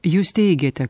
jūs teigiate